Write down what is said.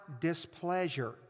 displeasure